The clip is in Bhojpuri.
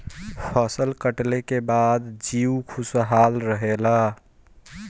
फसल कटले के बाद जीउ खुशहाल रहेला